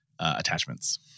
attachments